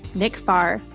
nick farr,